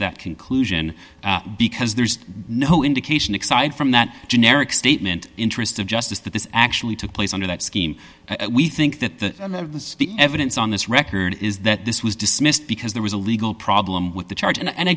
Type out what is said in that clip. that conclusion because there's no indication excited from that generic statement interest of justice that this actually took place under that scheme we think that the evidence on this record is that this was dismissed because there was a legal problem with the charge and i